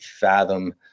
fathom